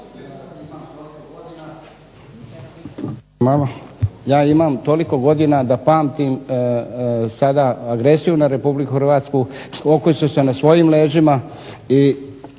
ja imam toliko godina da pamtim sada agresiju na Republiku Hrvatsku, …/Ne razumije se./… na svojim leđima i